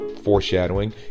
foreshadowing